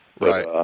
right